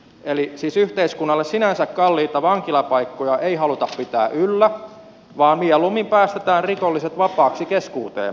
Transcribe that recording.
eli siis yhteiskunnalle sinänsä kalliita vankilapaikkoja ei haluta pitää yllä vaan mieluummin päästetään rikolliset vapaaksi keskuuteemme